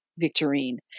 Victorine